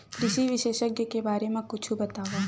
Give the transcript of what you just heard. कृषि विशेषज्ञ के बारे मा कुछु बतावव?